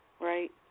right